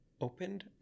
opened